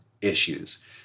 issues